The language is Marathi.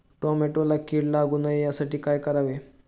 टोमॅटोला कीड लागू नये यासाठी काय करावे?